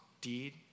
deed